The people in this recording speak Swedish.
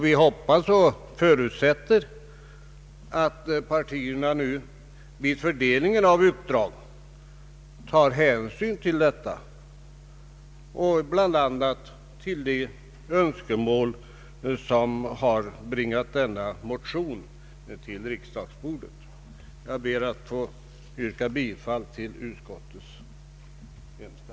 Vi hoppas och förutsätter att partierna vid fördelningen av uppdrag tar hänsyn härtill och till de önskemål som bringat denna motion till riksdagens bord. Herr talman! Jag ber att få yrka bifall till utskottets hemställan.